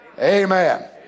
Amen